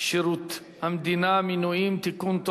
שירות המדינה (מינויים) (תיקון,